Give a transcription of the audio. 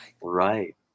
Right